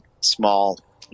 small